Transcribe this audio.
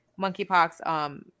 monkeypox